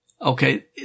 Okay